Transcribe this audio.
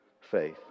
faith